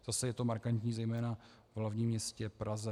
Zase je to markantní zejména v hlavním městě Praze.